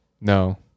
no